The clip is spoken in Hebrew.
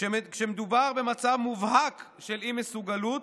כשמדובר במצב מובהק של אי-מסוגלות,